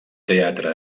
teatre